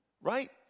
right